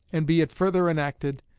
and be it further enacted,